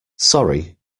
sorry